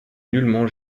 nullement